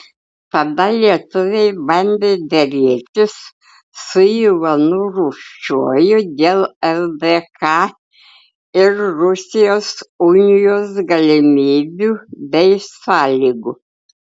tada lietuviai bandė derėtis su ivanu rūsčiuoju dėl ldk ir rusijos unijos galimybių bei sąlygų